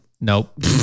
Nope